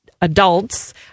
adults